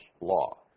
law